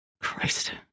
Christ